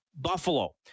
Buffalo